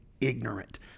ignorant